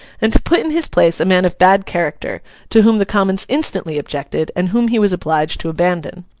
and to put in his place a man of bad character to whom the commons instantly objected, and whom he was obliged to abandon.